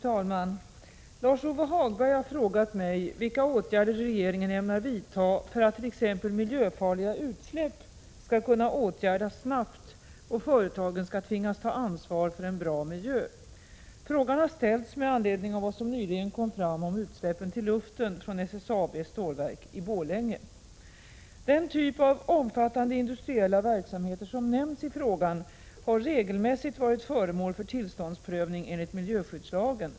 Fru talman! Lars-Ove Hagberg har frågat mig vilka åtgärder regeringen ämnar vidta för att t.ex. miljöfarliga utsläpp skall kunna åtgärdas snabbt och företagen skall tvingas ta ansvar för en bra miljö. Frågan har ställts med anledning av vad som nyligen kom fram om utsläppen till luften från SSAB:s stålverk i Borlänge. Den typ av omfattande industriella verksamheter som nämns i frågan har regelmässigt varit föremål för tillståndsprövning enligt miljöskyddslagen.